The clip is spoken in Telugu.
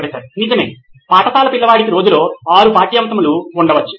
ప్రొఫెసర్ నిజమే పాఠశాల పిల్లవాడికి రోజులో 6 పాఠ్యాంశములు ఉండవచ్చు